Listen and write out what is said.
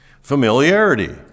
Familiarity